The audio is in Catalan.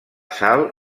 sal